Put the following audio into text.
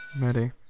Ready